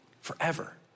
forever